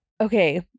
Okay